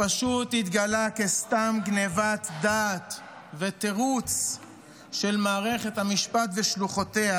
פשוט התגלה כסתם גנבת דעת ותירוץ של מערכת המשפט ושלוחותיה